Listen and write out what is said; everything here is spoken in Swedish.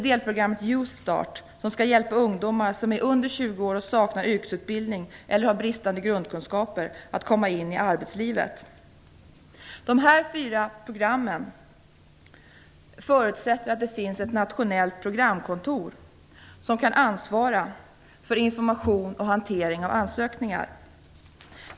Delprogrammet Youthstart skall hjälpa ungdomar under 20 år som saknar yrkesutbildning eller har bristande grundkunskaper att komma in i arbetslivet. De här fyra programmen förutsätter att det finns ett nationellt programkontor, som kan ansvara för information och hantering av ansökningar.